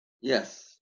Yes